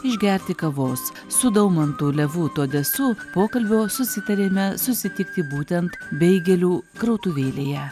išgerti kavos su daumantu levu todesu pokalbio susitarėme susitikti būtent beigelių krautuvėlėje